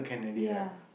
ya